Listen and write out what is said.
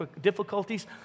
difficulties